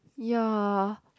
ya